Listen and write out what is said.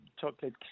chocolate